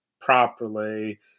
properly